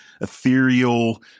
ethereal